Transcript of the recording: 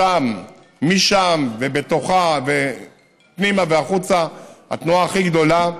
לשם ומשם, בתוכה, פנימה והחוצה התנועה הכי גדולה.